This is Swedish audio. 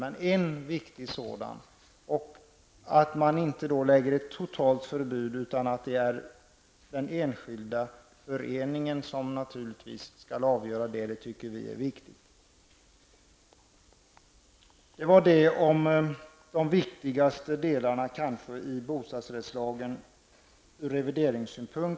Men det skall inte vara ett totalt förbud, utan det är den enskilda föreningen som skall fälla avgörandet. Det tycker vi är viktigt. Det här gällde de viktigaste delarna i bostadsrättslagen ur revideringssynpunkt.